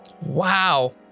Wow